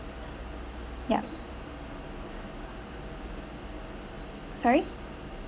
yeah sorry